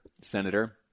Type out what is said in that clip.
senator